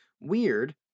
weird